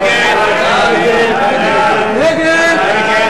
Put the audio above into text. סעיף 53, כהצעת הוועדה, נתקבל.